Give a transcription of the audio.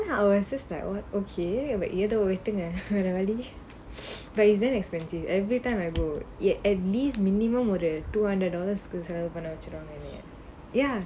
I was just like oh okay ya ஏதோ வெட்டுங்க வேற வலி:etho vettungga vera vali there then expensive every time I go yet at least minimum ஒரு:oru two hundred dollars செலவு பண்ண வெச்சிருவாங்க:selavu panna vechiruvaanga ya